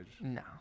No